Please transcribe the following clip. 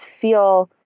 feel